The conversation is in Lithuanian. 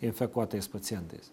infekuotais pacientais